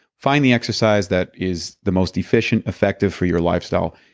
find the exercise that is the most efficient, effective for your lifestyle.